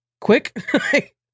quick